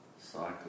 Cycle